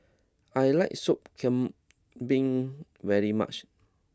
I like Sop Kambing very much